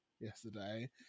yesterday